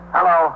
Hello